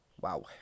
Wow